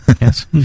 Yes